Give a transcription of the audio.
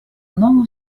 nomo